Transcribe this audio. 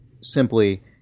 simply